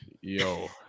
Yo